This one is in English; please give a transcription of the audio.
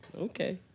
Okay